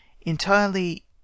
entirely